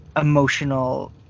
emotional